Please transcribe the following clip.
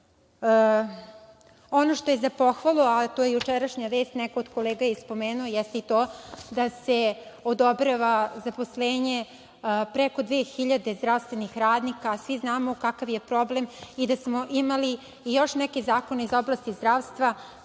što je za pohvalu, a to je jučerašnja vest, neko od kolega je spomenuo, jeste i to da se odobrava zaposlenje preko 2.000 zdravstvenih radnika. Svi znamo kakav je problem i da smo imali još neke zakone iz oblasti zdravstva